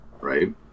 Right